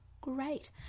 Great